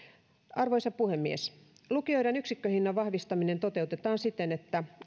arvoisa puhemies lukioiden yksikköhinnan vahvistaminen toteutetaan siten että